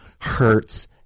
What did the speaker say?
hurts